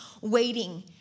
waiting